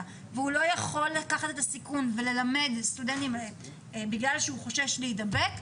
ולא יכול לקחת את הסיכון וללמד סטודנטים בגלל שהוא חושש להידבק,